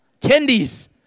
candies